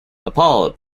appalled